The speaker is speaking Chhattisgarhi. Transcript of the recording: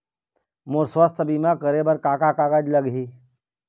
मोर स्वस्थ बीमा करे बर का का कागज लगही?